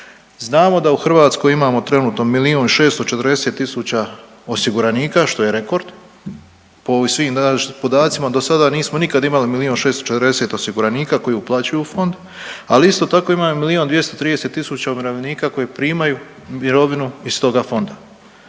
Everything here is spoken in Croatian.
Znamo da u Hrvatskoj imamo trenutno 1 640 000 osiguranika, što je rekord, po ovim svim podacima nismo nikad imali 1 milijun 640 osiguranika koji uplaćuju u fond, ali isto tako, ima 1 230 000 umirovljenika koji primaju mirovinu iz toga fonda.